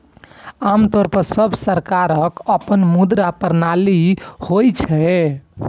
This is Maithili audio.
आम तौर पर सब सरकारक अपन मुद्रा प्रणाली होइ छै